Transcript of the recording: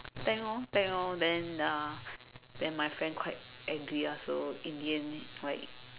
tank orh tank orh then uh then my friend quite angry ah in the end like